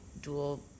dual